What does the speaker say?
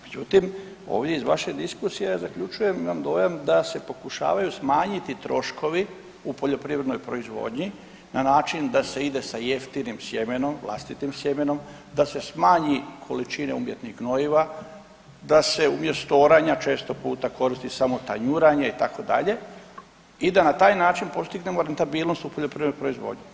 Međutim, ovdje iz vaše diskusije zaključujem, imamo dojam da se pokušavaju smanjiti troškovi u poljoprivrednoj proizvodnji na način da se ide sa jeftinim sjemenom, vlastitim sjemenom, da se smanje količine umjetnih gnojiva, da se umjesto oranja često puta koristi samo tanjuranje itd. i da na taj način postignemo rentabilnost u poljoprivrednoj proizvodnji.